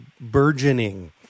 burgeoning